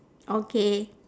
okay